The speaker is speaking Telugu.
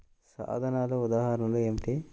సాధనాల ఉదాహరణలు ఏమిటీ?